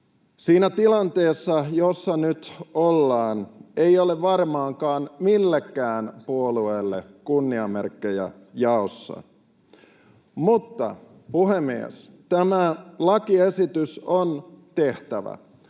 Siinä tilanteessa, jossa nyt ollaan, ei ole varmaankaan millekään puolueelle kunniamerkkejä jaossa. Mutta, puhemies, tämä lakiesitys on tehtävä